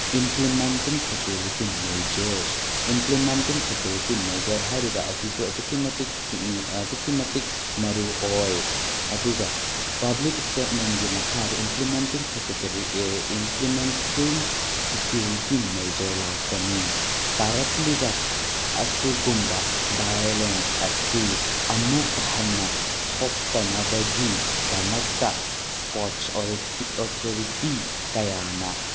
implementing security measures implementing security measures ꯍꯥꯏꯔꯤꯕ ꯑꯁꯤꯁꯨ ꯑꯗꯨꯛꯀꯤ ꯃꯇꯤꯛ ꯑꯗꯨꯛꯀꯤ ꯃꯇꯤꯛ ꯃꯔꯨꯑꯣꯏ ꯑꯗꯨꯒ ꯄꯕ꯭ꯂꯤꯛ ꯏꯁꯇꯦꯠꯃꯦꯟꯒꯤ ꯃꯈꯥꯗ ꯏꯝꯄ꯭ꯂꯤꯃꯦꯟꯇꯤꯡ ꯏꯝꯄ꯭ꯂꯤꯃꯦꯟꯇꯤꯡ ꯁꯦꯀ꯭ꯌꯨꯔꯤꯇꯤ ꯃꯦꯖꯔ ꯂꯥꯛꯄꯅꯤ ꯇꯥꯔꯛꯂꯤꯕ ꯑꯁꯨꯒꯨꯝꯕ ꯚꯥꯌꯣꯂꯦꯟꯁ ꯑꯁꯤ ꯑꯃꯨꯛ ꯍꯟꯅ ꯊꯣꯛꯇꯅꯕꯒꯤꯁꯃꯛꯇ ꯏꯁꯄꯣꯔꯠꯁ ꯑꯣꯊꯤꯔꯤꯇꯤ ꯀꯌꯥꯅ